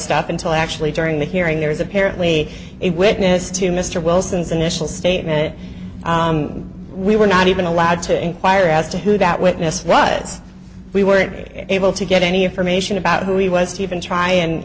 stuff until actually during the hearing there is apparently a witness to mr wilson's initial statement that we were not even allowed to inquire as to who that witness was we were it able to get any information about who he was to even try and